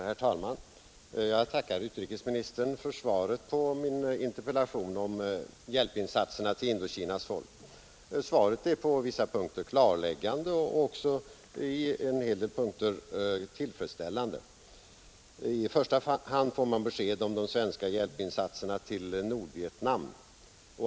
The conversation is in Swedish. Herr talman! Jag tackar utrikesministern för svaret på min interpellation om hjälpinsatserna till Indokinas folk. Svaret är på vissa punkter klarläggande och även på en hel del punkter tillfredsställande. I första hand får man besked om de svenska hjälpinsatserna till Nordvietnam.